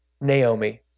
Naomi